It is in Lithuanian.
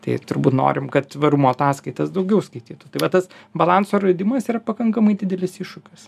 tai turbūt norim kad tvarumo ataskaitas daugiau skaitytų tai va tas balanso radimas yra pakankamai didelis iššūkis